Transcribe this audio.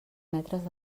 metres